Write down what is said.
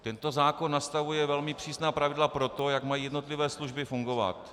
Tento zákon nastavuje velmi přísná pravidla pro to, jak mají jednotlivé služby fungovat.